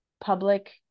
public